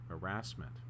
harassment